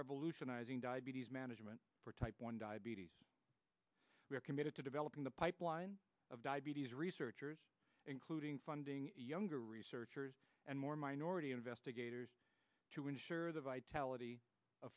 revolutionizing diabetes management for type one diabetes we are committed to developing the pipeline of diabetes researchers including funding younger researchers and more minority investigators to ensure the vitality